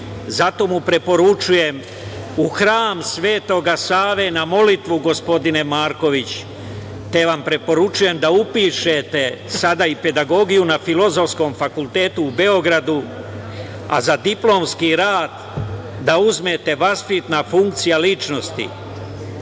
zato mu preporučujem u Hram Svetog Save na molitvu. Gospodine Markoviću, te vam preporučujem da upišete sada i pedagogiju na Filozofskom fakultetu u Beogradu, a za diplomski rad da uzmete vaspitna funkcija ličnosti,